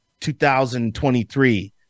2023